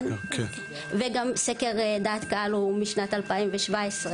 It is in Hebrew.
גם סקר דעת הקהל הוא משנת 2017,